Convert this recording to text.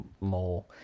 more